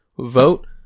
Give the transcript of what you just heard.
vote